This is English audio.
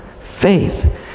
faith